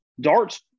Dart's